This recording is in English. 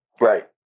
Right